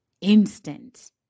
Instant